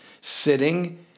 sitting